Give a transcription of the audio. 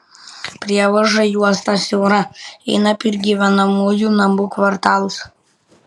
prievaža į uostą siaura eina per gyvenamųjų namų kvartalus